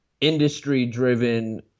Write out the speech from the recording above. industry-driven